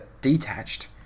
detached